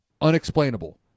unexplainable